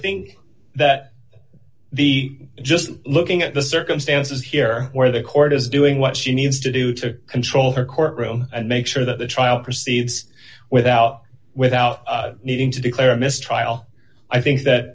think that the just looking at the circumstances here where the court is doing what she needs to do to control her courtroom and make sure that the trial proceeds without without needing to declare a mistrial i think that